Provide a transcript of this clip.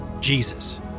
Jesus